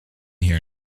here